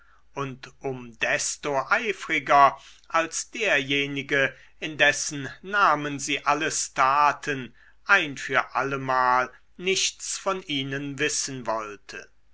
und um desto eifriger als derjenige in dessen namen sie alles taten ein für allemal nichts von ihnen wissen wollte